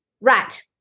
Right